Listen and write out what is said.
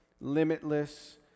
limitless